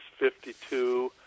52